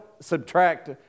subtract